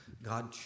God